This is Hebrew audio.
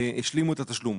השלימו את התשלום.